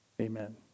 amen